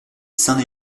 saint